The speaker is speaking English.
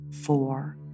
four